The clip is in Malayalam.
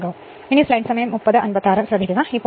ഇതാണ് E2 2 ഇത് അങ്ങനെ ഏത് E2 ൽ നിന്ന് ലഭിക്കും